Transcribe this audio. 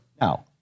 Now